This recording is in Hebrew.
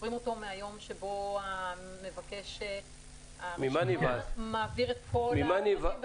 סופרים אותו מהיום שבו המבקש מעביר את כל המסמכים.